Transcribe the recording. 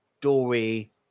Dory